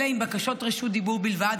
אלא עם בקשות רשות דיבור בלבד.